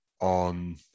on